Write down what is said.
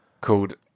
called